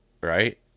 right